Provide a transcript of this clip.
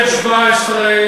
אני קורא לסגן השר,